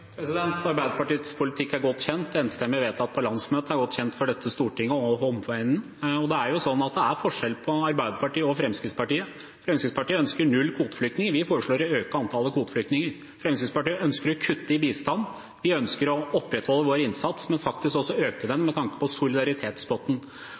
Arbeiderpartiets politikk er godt kjent og enstemmig vedtatt på landsmøte, og den er godt kjent for dette storting og omverdenen. Det er forskjell på Arbeiderpartiet og Fremskrittspartiet. Fremskrittspartiet ønsker null kvoteflyktninger. Vi foreslår å øke antallet kvoteflyktninger. Fremskrittspartiet ønsker å kutte i bistanden, vi ønsker å opprettholde vår innsats, men faktisk også øke den,